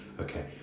Okay